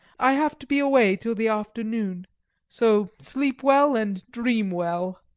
i have to be away till the afternoon so sleep well and dream well!